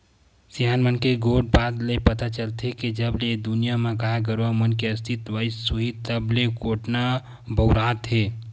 सियान मन के गोठ बात ले पता चलथे के जब ले ए दुनिया म गाय गरुवा मन के अस्तित्व आइस होही तब ले कोटना बउरात हे